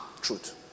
truth